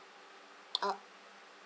oh